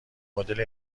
مدل